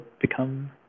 become